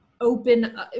open –